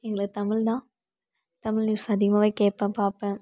எங்களுக்கு தமிழ் தான் தமிழ் நியூஸ் அதிகமாவே கேட்பன் பார்ப்பன்